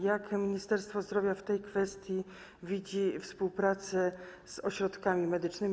Jak Ministerstwo Zdrowia w tej kwestii widzi współpracę z ośrodkami medycznymi?